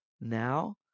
now